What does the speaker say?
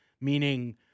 Meaning